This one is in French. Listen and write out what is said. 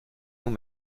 nous